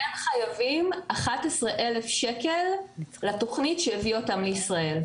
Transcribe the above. הם חייבים 11 אלף שקל לתוכנית שהביאה אותם לישראל,